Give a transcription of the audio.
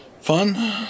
fun